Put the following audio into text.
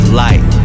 light